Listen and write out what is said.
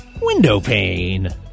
windowpane